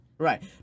Right